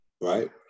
right